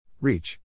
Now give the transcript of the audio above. Reach